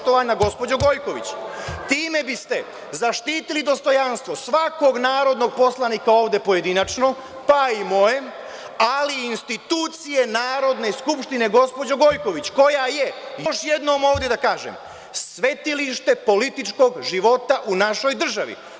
Time biste zaštitili dostojanstvo svakog narodnog poslanika ovde pojedinačno, pa i moje, ali i institucije Narodne skupštine, koja je, još jednom ovde da kažem, svetilište političkog života u našoj državi.